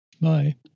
Bye